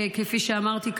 כפי שאמרתי,